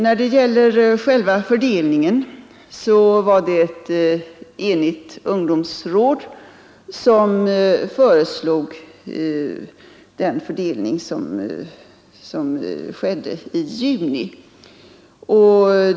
När det gäller själva fördelningen var det ett enigt ungdomsråd som föreslog den fördelning som skedde i juni.